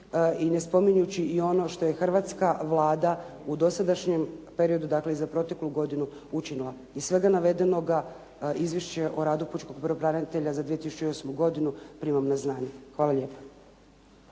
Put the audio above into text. i ne spominjući ono što je hrvatska Vlada u dosadašnjem periodu, dakle i za proteklu godinu učinila. Iz svega navedenoga izvješće o radu Pučkog pravobranitelja za 2008. godinu primam na znanje. Hvala lijepa.